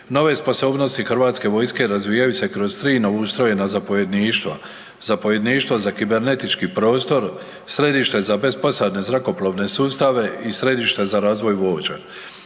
Nove sposobnosti Hrvatske vojske razvijaju se kroz 3 novoustrojena zapovjedništva, zapovjedništvo za kibernetički prostor, središte za besposadne zrakoplovne sustave i središte za razvoj vođa.